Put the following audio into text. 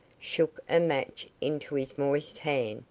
shook a match into his moist hand,